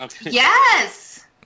Yes